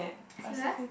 serious